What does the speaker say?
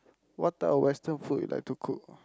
what type of western food you like to cook